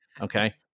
Okay